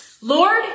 Lord